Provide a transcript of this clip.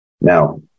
Now